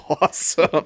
awesome